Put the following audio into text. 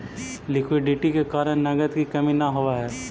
liquidity के कारण नगद के कमी न होवऽ हई